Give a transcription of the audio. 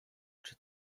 czy